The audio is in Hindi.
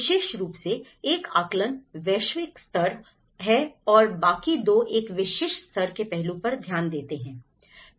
विशेष रूप से एक आकलन वैश्विक स्तर है और बाकी दो एक विशिष्ट स्तर के पहलू पर ध्यान देते हैं